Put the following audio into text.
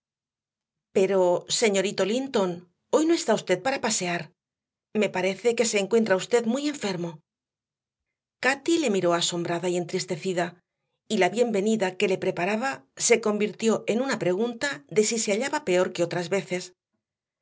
pero señorito linton hoy no está usted para pasear me parece que se encuentra usted muy enfermo cati le miró asombrada y entristecida y la bienvenida que le preparaba se convirtió en una pregunta de si se hallaba peor que otras veces